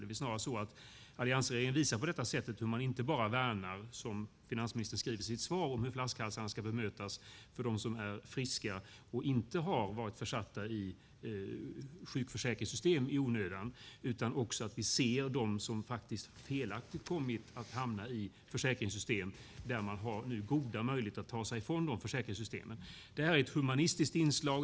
Snarare är det så att alliansregeringen på detta sätt visar inte bara hur man värnar - som finansministern skriver i sitt svar - detta med hur flaskhalsarna ska bemötas för dem som är friska och som inte i onödan varit försatta i sjukförsäkringssystem utan också att vi ser dem som faktiskt felaktigt kommit att hamna i olika försäkringssystem. Man har nu goda möjligheter att ta sig från de försäkringssystemen. Det här är ett humanistiskt inslag.